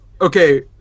Okay